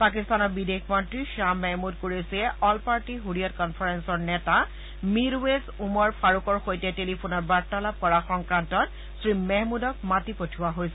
পাকিস্তানৰ বিদেশ মন্তী শ্বাহ মেহমুদ কুৰেখীয়ে অল পাৰ্টী ছুৰিয়ৎ কনফাৰেন্সৰ নেতা মীৰৱেজ ওমৰ ফাৰুকৰ সৈতে টেলিফোনত বাৰ্তালাপ কৰাৰ সংক্ৰান্তত শ্ৰীমেহমুদক মাতি পঠিওৱা হৈছিল